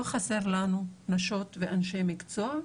לא חסר לנו נשות ואנשי מקצוע,